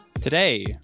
Today